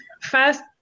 first